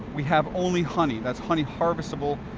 we have only honey. that's honey harvestable